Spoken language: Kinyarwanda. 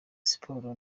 siporo